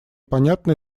понятно